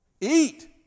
Eat